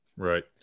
right